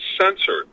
censored